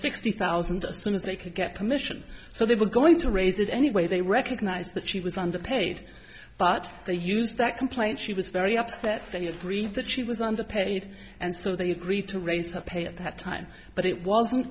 sixty thousand as soon as they could get permission so they were going to raise it anyway they recognized that she was underpaid but they used that complaint she was very upset that he agreed that she was underpaid and so they agreed to raise her pay at that time but it wasn't